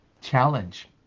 Challenge